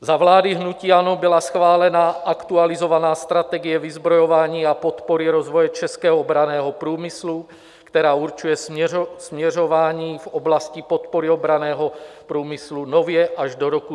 Za vlády hnutí ANO byla schválena aktualizovaná strategie vyzbrojování a podpory rozvoje českého obranného průmyslu, která určuje směřování v oblasti podpory obranného průmyslu nově až do roku 2030.